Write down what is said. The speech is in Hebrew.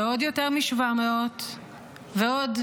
ועוד יותר מ-700, ועוד